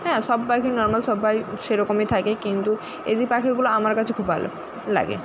হ্যাঁ সব পাখি নরমাল সব্বাই সেরকমই থাকে কিন্তু এই দুই পাখিগুলো আমার কাছে খুব ভালো লাগে